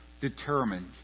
determined